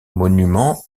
monument